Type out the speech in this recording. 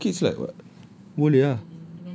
ya your kids like [what] boleh ah